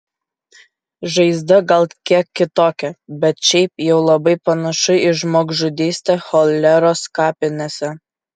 žaizda gal kiek kitokia bet šiaip jau labai panašu į žmogžudystę choleros kapinėse